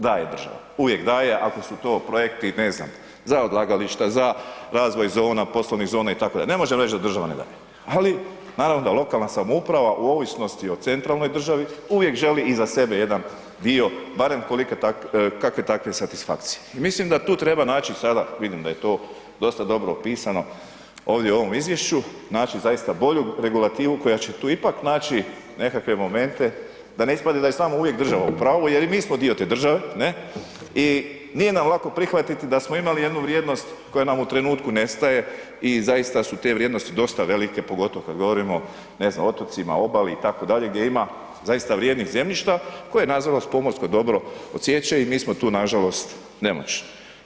Daje država, uvijek daje ako su to projekti, ne znam, za odlagališta, za razvoj zona, poslovnih zona itd., ne možemo reći da država ne daje ali naravno da lokalna samouprava u ovisnosti o centralnoj državi, uvijek želi iza sebe jedan dio barem kakve takve satisfakcije i mislim da tu treba naći sada, vidim da je to dosta dobro opisano ovdje u ovom izvješću, naći zaista bolju regulativu koja će tu ipak naći nekakve momente da ne ispadne da je samo uvijek država u pravu jer i mi smo dio te države, ne, i nije nam lako prihvatiti da smo imali jednu vrijednost koja nam u trenutku nestaje i zaista su te vrijednosti dosta velike, pogotovo kad govorimo, ne znam, o otocima, obali itd., gdje ima zaista vrijednih zemljišta koje nažalost pomorsko dobro odsiječe i mi smo tu nažalost nemoćni.